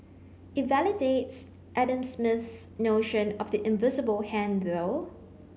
it validates Adam Smith's notion of the invisible hand though